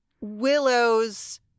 Willow's